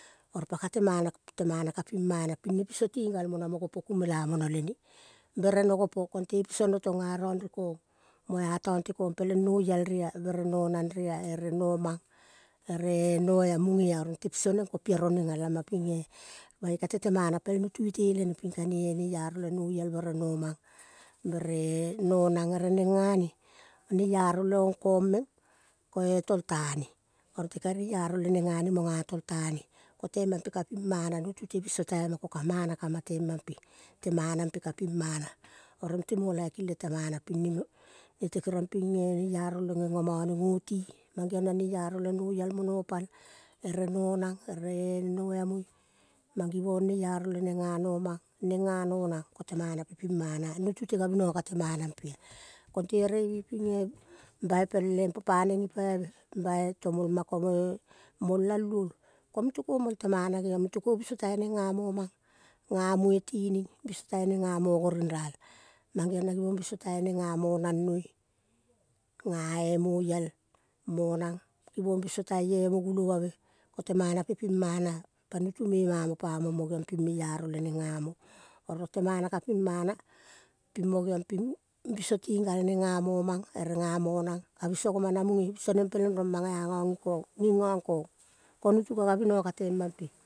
Oro pa kate mana, kaping mana ping ne piso tibng gal mo na mo go ku mela mene lene bere no gopo te pisomo tong a-rong rekong mo atong te kongh peleng naiel rea nonag rea ere nomang ere noea, muge-ah. Te piso neng ko piaro neng ah lama ping eh. Mange ka tet mana pel nutu itele neng ping kane neiaro le noiel bere nomang bere nonang ere nenga ne neiaro leong kong meng ko-e tol tane oro nete neiaro le nenga ne mo tol tane. Ko tema pe ka ping mana nutu te biso taima ko-ka mana kama ma temam pe temana pe ka ping mana oro mate mo laiking lete mana ping ne no tet kerong ping eh. Te kerong ping neiaro le gengo mone go te mangeong na neiaro le noil mo nopal ere nonang ere noamoi mang givong neiaro leneng ga nomang neng nonang kote mana pe ping mana ah. Nutu te kavinogo kqa te mana pea. Konte ere ni ping eh bai pel po paneng gipaive. bai tilmol ma kore mol al luol komete ko mol temana geong mute ko biso tai nenga momang ga mue tining biso tai nenga mogo ring ral mangeong na givong giso tai neng ga monang noi gae moiel monang givong biso tai-e mogulolave kote mana pe ping mana-ah. pa nutu me mamo pamong mo geong ping meiaro leneng gamo. Oro temana ga ping mana ping mo geong ping mo geong ping biso ting gal neng gamonmang are ga monang ka biso goma na muge biso neng peleng manga agong ge kong gingo kong, ko nutu ka lgavinogo ka temam pe.